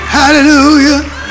Hallelujah